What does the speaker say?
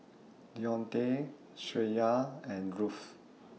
Dionte Shreya and Ruth